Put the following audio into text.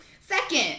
Second